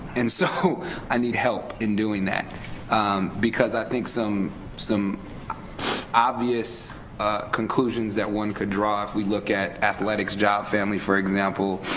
and so i need help in doing that because i think some some obvious conclusions that one could draw if we look at athletics job family for example,